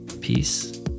Peace